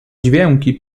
dźwięki